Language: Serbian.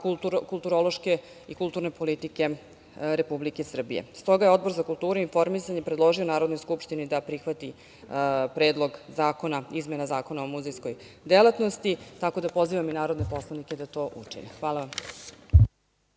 kulturološke i kulturne politike Republike Srbije. Odbor za kulturu i informisanje je predložio Narodnoj skupštini da prihvati Predlog izmene Zakona o muzejskoj delatnosti, tako da pozivam i narodne poslanike da to učine. Hvala.